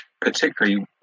particularly